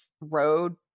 road